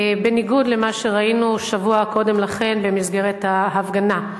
בניגוד למה שראינו שבוע קודם לכן במסגרת ההפגנה.